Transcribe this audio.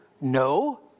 no